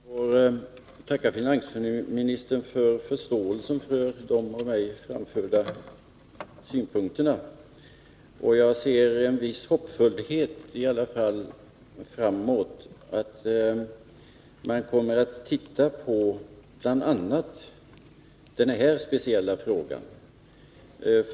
Herr talman! Jag får tacka finansministern för förståelsen för de av mig framförda synpunkterna. Jag ser med en viss hoppfullhet fram emot att man framöver kommer att studera bl.a. denna speciella fråga.